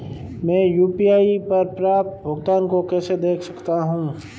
मैं यू.पी.आई पर प्राप्त भुगतान को कैसे देख सकता हूं?